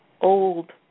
old